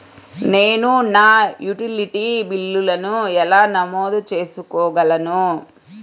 నేను నా యుటిలిటీ బిల్లులను ఎలా నమోదు చేసుకోగలను?